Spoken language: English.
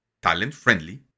talent-friendly